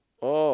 oh